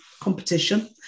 competition